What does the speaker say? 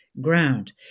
ground